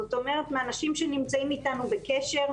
זאת אומרת, מאנשים שנמצאים איתנו בקשר.